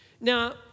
Now